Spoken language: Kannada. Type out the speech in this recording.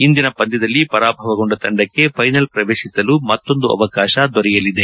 ಇಂದಿನ ಪಂದ್ಯದಲ್ಲಿ ಪರಾಭವಗೊಂಡ ತಂಡಕ್ಕೆ ಫೈನಲ್ ಪ್ರವೇಶಿಸಲು ಮತ್ತೊಂದು ಅವಕಾಶ ದೊರೆಯಲಿದೆ